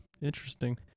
Interesting